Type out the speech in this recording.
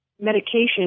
medication